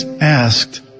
asked